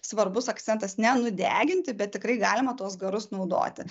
svarbus akcentas nenudeginti bet tikrai galima tuos garus naudoti